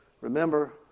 Remember